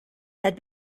had